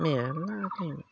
मेरला आग्लायनाय